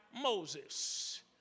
Moses